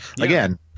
again